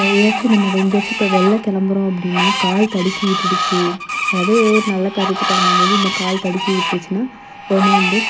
ஏதாச்சும் நம்ம இப்போ எங்காச்சும் இப்போ வெளில கிளம்புறோம் அப்படின்னா கால் தடுக்கி விட்டிடுச்சி அதாவது ஒரு நல்லகாரியத்துக்கு கிளம்பும்போது இந்த கால் தடுக்கி விட்டுருச்சின்னால் உடனே வந்து